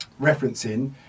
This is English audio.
referencing